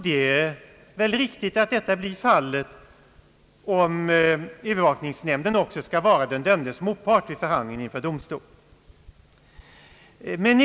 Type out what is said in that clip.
Det är väl riktigt att så blir fallet, om övervakningsnämnden också skall vara den dömdes motpart vid förhandlingen inför domstol.